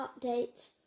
updates